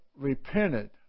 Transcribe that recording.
repented